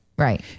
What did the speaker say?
Right